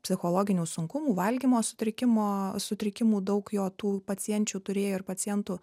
psichologinių sunkumų valgymo sutrikimo sutrikimų daug jo tų pacienčių turėjo ir pacientų